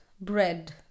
bread